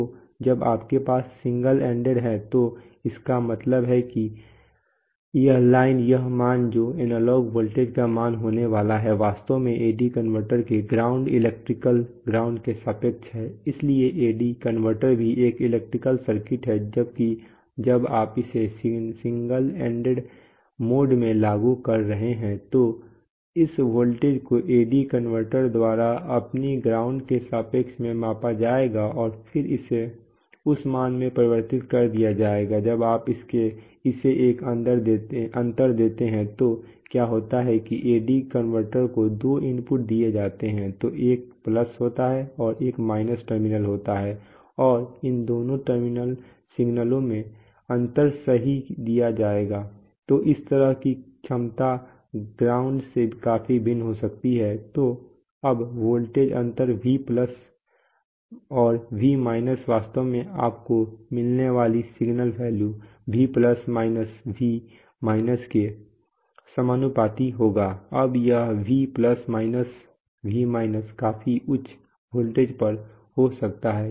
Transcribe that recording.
तो जब आपके पास सिंगल एंडेड है तो इसका मतलब है कि यह लाइन यह मान जो एनालॉग वोल्टेज का मान होने वाला है वास्तव में AD कनवर्टर के ग्राउंड इलेक्ट्रिकल ग्राउंड के सापेक्ष में है इसलिए AD कन्वर्टर भी एक इलेक्ट्रिकल सर्किट है इसलिए जब आप इसे सिंगल एंडेड मोड में लागू कर रहे हैं तो इस वोल्टेज को एडी कनवर्टर द्वारा अपनी ग्राउंड के सापेक्ष में मापा जाएगा और फिर इसे उस मान में परिवर्तित कर दिया जाएगा जब आप इसे एक अंतर देते हैं तो क्या होता है कि AD कन्वर्टर को दो इनपुट दिए जाते हैं तो एक प्लस होता है और एक माइनस टर्मिनल होता है और इन दोनों सिग्नलों में अंतर सही दिया जाता है तो यह इस की क्षमता ग्राउंड से काफी भिन्न हो सकती है तो अब वोल्टेज अंतर V प्लस और V माइनस वास्तव में आपको मिलने वाला signal value V plus minus V minus के समानुपाती होगा अब यह V plus minus V minus काफी उच्च वोल्टेज पर हो सकता है